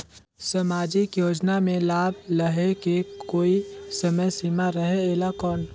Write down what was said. समाजिक योजना मे लाभ लहे के कोई समय सीमा रहे एला कौन?